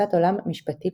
ותפישת עולם משפטית-ליברלית.